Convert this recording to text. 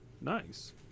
Nice